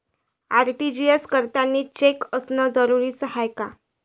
RTGS करतांनी cheque असनं जरुरीच हाय का?